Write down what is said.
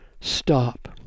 stop